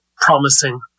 promising